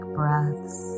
breaths